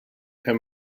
him